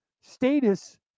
status